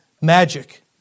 Magic